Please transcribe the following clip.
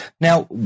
Now